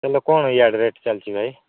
କଣ ଇଆଡ଼େ ରେଟ୍ ଚାଲିଛି ଭାଇ